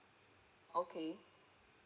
okay